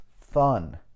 fun